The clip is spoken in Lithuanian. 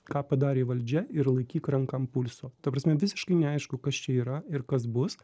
ką padarė valdžia ir laikyk ranką ant pulso ta prasme visiškai neaišku kas čia yra ir kas bus